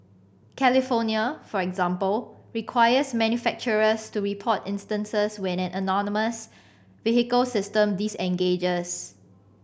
California for example requires manufacturers to report instances when an autonomous vehicle system disengages